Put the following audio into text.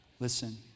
Listen